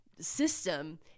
system